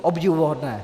Obdivuhodné.